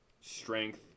Strength